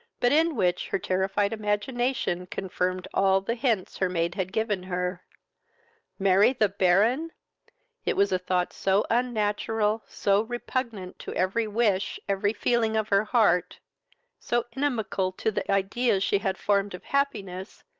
but in which her terrified imagination confirmed all the hints her maid had given her marry the baron it was a thought so unnatural, so repugnant to every wish, every feeling of her heart so inimical to the ideas she had formed of happiness,